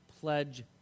pledge